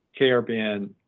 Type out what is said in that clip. KRBN